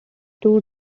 two